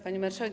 Pani Marszałek!